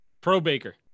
pro-baker